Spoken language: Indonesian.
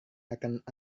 akan